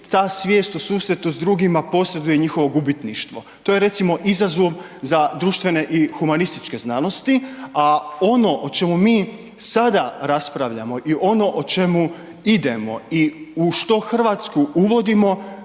ta svijest u susretu s drugima posreduje njihovo gubitništvo, to je recimo izazov za društvene i humanističke znanosti, a ono o čemu mi sada raspravljamo i ono o čemu idemo i u što RH uvodimo